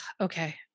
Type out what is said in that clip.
Okay